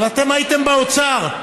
אבל אתם הייתם באוצר,